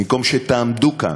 במקום שתעמדו כאן,